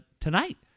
tonight